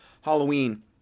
Halloween